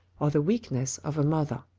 or the weakness of a mother.